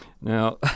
Now